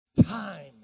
time